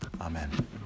Amen